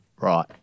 Right